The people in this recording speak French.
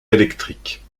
électrique